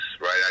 right